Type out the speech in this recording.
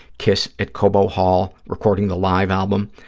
kiss at cobo hall recording the live album.